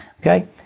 Okay